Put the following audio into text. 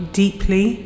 deeply